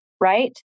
right